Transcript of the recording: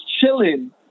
chilling